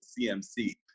CMC